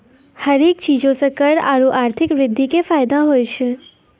हरेक चीजो से कर आरु आर्थिक वृद्धि के फायदो होय छै